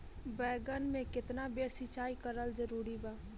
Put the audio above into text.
बैगन में केतना बेर सिचाई करल जरूरी बा?